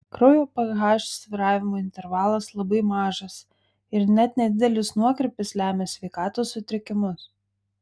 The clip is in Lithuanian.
kraujo ph svyravimo intervalas labai mažas ir net nedidelis nuokrypis lemia sveikatos sutrikimus